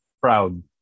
proud